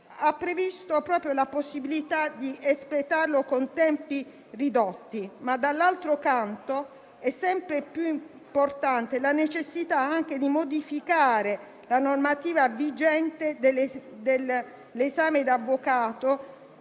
ha previsto la possibilità di espletarlo con tempi ridotti. D'altro canto, è sempre più importante anche la necessità di modificare la normativa vigente dell'esame da avvocato